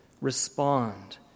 respond